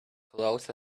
clothes